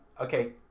okay